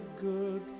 good